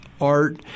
art